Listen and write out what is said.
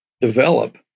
develop